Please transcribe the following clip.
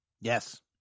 Yes